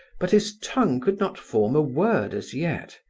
but his tongue could not form a word as yet.